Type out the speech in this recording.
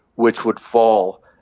which would fall,